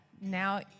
now